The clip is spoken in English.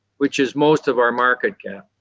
which is most of our market cap.